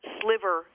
sliver